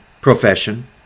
profession